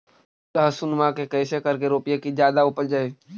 लहसूनमा के कैसे करके रोपीय की जादा उपजई?